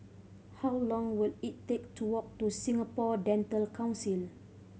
how long will it take to walk to Singapore Dental Council